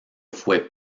fue